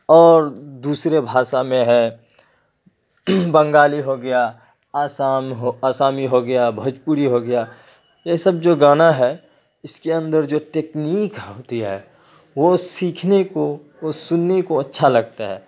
اور دوسرے بھاشا میں ہے بنگالی ہو گیا آسام ہو آسامی ہو گیا بھوجپوری ہو گیا یہ سب جو گانا ہے اس کے اندر جو ٹیکنیک ہوتی ہے وہ سیکھنے کو وہ سننے کو اچھا لگتا ہے